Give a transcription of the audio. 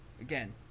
again